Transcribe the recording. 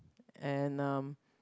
and um